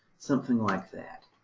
something like that.